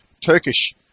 Turkish